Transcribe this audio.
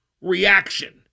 reaction